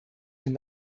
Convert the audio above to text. den